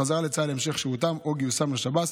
חזרה לצה"ל להמשך שירותם או גיוסם לשב"ס